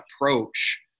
approach